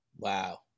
Wow